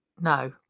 No